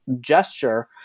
gesture